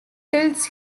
tilts